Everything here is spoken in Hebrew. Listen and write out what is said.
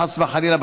חס וחלילה,